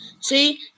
See